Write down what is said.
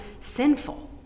sinful